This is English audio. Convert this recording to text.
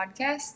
Podcast